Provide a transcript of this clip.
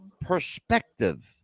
perspective